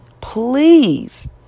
please